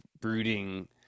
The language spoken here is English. brooding